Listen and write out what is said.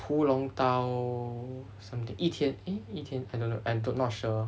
屠龙刀 something 一天 eh 一天 I don't know I not sure